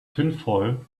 tinfoil